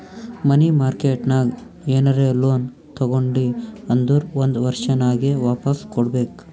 ಮನಿ market ನಾಗ್ ಏನರೆ loan ತಗೊಂಡಿ ಅಂದುರ್ ಒಂದ್ ವರ್ಷನಾಗೆ ವಾಪಾಸ್ ಕೊಡ್ಬೇಕ್